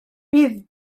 bydd